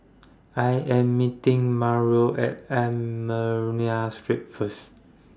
I Am meeting Mauro At Armenian Street First